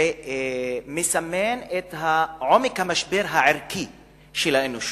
זה מסמן את עומק המשבר הערכי של האנושות.